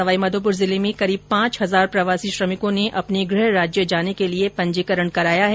सवाईमाधोपुर जिले में करीब पांच हजार प्रवासी श्रमिकों ने अपने गृह राज्य जाने के लिए पंजीकरण कराया है